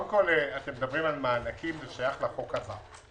אתם מדברים על מענקים, זה שייך לחוק הבא.